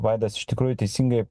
vaidas iš tikrųjų teisingai